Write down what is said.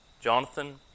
Jonathan